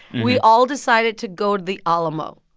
we all decided to go to the alamo.